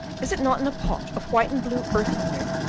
is it not in a pot of white and blue earthenware,